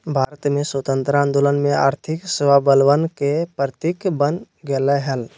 भारत के स्वतंत्रता आंदोलन में आर्थिक स्वाबलंबन के प्रतीक बन गेलय हल